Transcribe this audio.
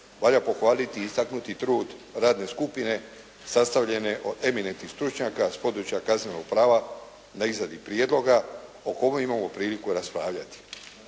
Valja pohvaliti i istaknuti trud radne skupine sastavljene od eminentnih stručnjaka s područja kaznenog prava na izradi prijedloga o kome imamo priliku raspravljati.